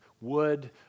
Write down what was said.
wood